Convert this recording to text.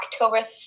October